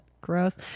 Gross